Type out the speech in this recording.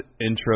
intro